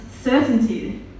certainty